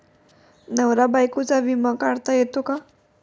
नवरा बायकोचा विमा काढता येतो का?